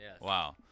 Wow